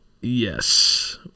Yes